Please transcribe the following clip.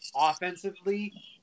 offensively